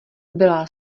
byla